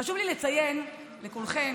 חשוב לי לציין לכולכם